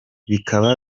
bikaba